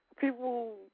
people